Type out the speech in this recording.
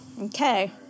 Okay